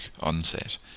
onset